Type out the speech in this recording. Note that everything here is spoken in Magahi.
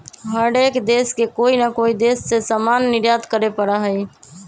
हर एक देश के कोई ना कोई देश से सामान निर्यात करे पड़ा हई